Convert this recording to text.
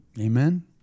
Amen